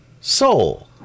soul